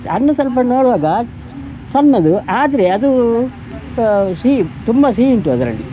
ಹಣ್ಣು ಸ್ವಲ್ಪ ನೋಡುವಾಗ ಸಣ್ಣದು ಆದರೆ ಅದು ಸಿಹಿ ತುಂಬ ಸಿಹಿ ಉಂಟು ಅದರಲ್ಲಿ